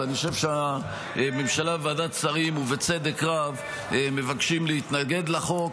ואני חושב שהממשלה וועדת שרים מבקשים להתנגד לחוק